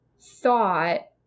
thought